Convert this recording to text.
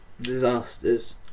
disasters